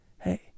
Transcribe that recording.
Hey